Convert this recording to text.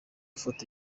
foto